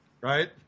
right